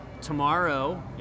tomorrow